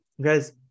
guys